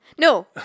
No